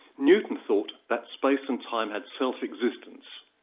newton thought that space and time had self existence.